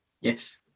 yes